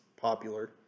popular